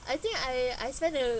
I think I I spent uh